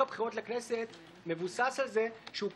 הנדיבות שלך, משהו-משהו, כן.